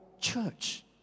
church